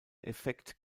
effekt